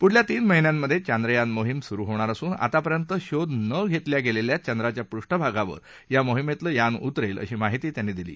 पुढल्या तीन महिन्यात चांद्रयान मोहीम सुरु होणार असून आतापर्यंत शोध न घेतल्या गेलेल्या चंद्राच्या पृष्ठभागावर ह्या मोहिमेतलं यान उतरेल अशी माहिती त्यांनी दिली